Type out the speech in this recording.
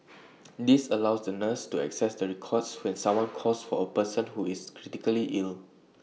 this allows the nurses to access the records when someone calls for A person who is critically ill